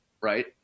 right